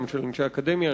גם של אנשי האקדמיה,